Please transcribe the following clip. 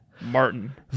Martin